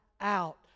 out